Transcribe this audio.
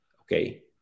okay